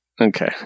Okay